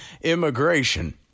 immigration